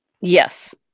Yes